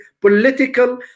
political